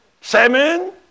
Simon